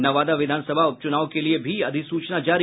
नवादा विधानसभा उप चूनाव के लिये भी अधिसूचना जारी